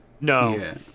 No